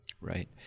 right